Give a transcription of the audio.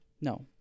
No